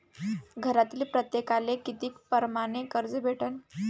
घरातील प्रत्येकाले किती परमाने कर्ज भेटन?